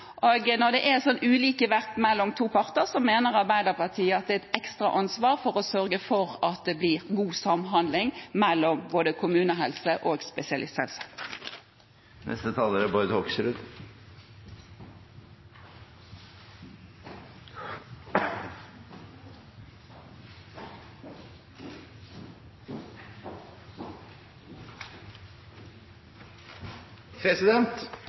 og når det er en slik ulikevekt mellom to parter, mener Arbeiderpartiet at man har et ekstra ansvar for å sørge for at det blir god samhandling mellom kommunehelse og